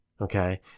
Okay